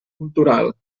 cultural